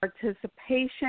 participation